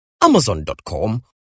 Amazon.com